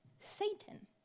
Satan